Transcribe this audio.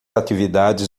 atividades